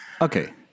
Okay